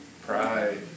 Pride